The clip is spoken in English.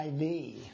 IV